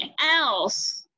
else